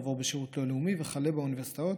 עבור בשירות הלאומי ועד האוניברסיטאות,